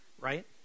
right